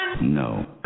No